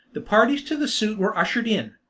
the parties to the suit were ushered in.